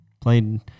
played